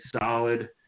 solid